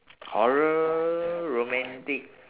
horror romantic